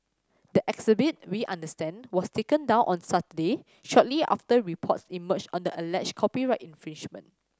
the exhibit we understand was taken down on Saturday shortly after reports emerged on the alleged copyright infringement